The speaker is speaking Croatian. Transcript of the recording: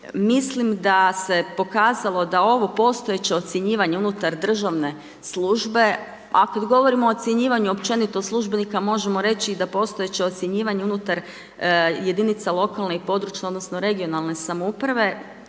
mislim da se pokazalo da ovo postojeće ocjenjivanje unutar državne službe a kada govorimo o ocjenjivanju općenito službenika možemo reći i da postojeće ocjenjivanje unutar jedinica lokalne i područne, odnosno regionalne samouprave